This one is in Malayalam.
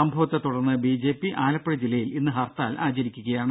സംഭവത്തെ തുടർന്ന് ബിജെപി ആലപ്പുഴ ജില്ലയിൽ ഇന്ന് ഹർത്താൽ ആചരിക്കുകയാണ്